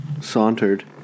sauntered